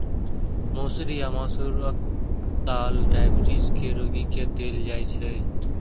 मौसरी या मसूरक दालि डाइबिटीज के रोगी के देल जाइ छै